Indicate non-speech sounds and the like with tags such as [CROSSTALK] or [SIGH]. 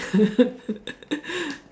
[LAUGHS]